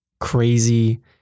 crazy